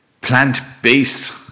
plant-based